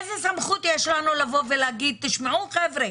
איזו סמכות יש לנו לבוא ולהגיד תשמעו חבר'ה,